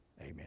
amen